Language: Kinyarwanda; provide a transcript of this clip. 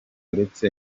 uretse